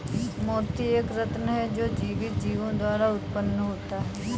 मोती एक रत्न है जो जीवित जीवों द्वारा उत्पन्न होता है